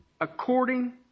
according